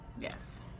Yes